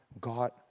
God